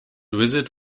visit